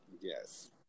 Yes